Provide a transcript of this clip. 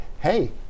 hey